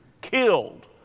killed